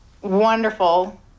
wonderful